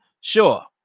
sure